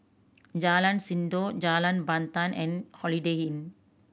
Jalan Sindor Jalan Pandan and Holiday Inn